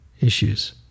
issues